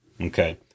Okay